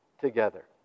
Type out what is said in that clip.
together